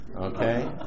Okay